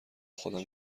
خودم